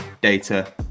data